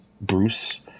bruce